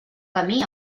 camí